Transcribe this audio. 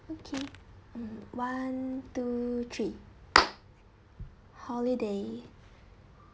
okay mm one two three holiday